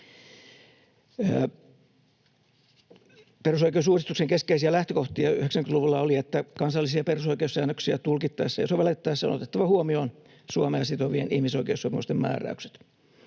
Perusoikeusuudistuksen keskeisiä lähtökohtia 90-luvulla oli, että kansallisia perusoi- keussäännöksiä tulkittaessa ja sovellettaessa on otettava huomioon Suomea sitovien ihmisoikeussopimusten määräykset.